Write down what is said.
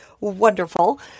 wonderful